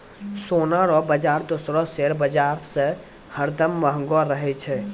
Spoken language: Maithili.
सोना रो बाजार दूसरो शेयर बाजार से हरदम महंगो रहै छै